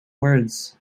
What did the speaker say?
words